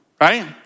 right